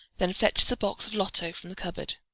then fetches a box of lotto from the cupboard.